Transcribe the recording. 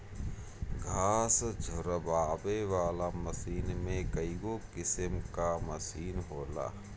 घास झुरवावे वाला मशीन में कईगो किसिम कअ मशीन होला